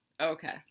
Okay